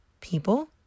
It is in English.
People